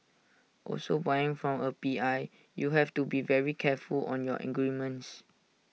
also buying from A P I you have to be very careful on your in